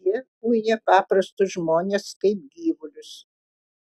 jie uja paprastus žmones kaip gyvulius